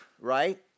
right